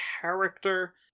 character